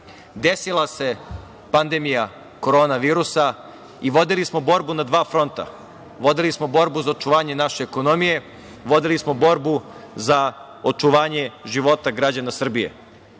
rasta. Desila se pandemija korona virusa i vodili smo borbu na dva fronta. Vodili smo borbu za očuvanje naše ekonomije, vodili smo borbu za očuvanje života građana Srbije. Kada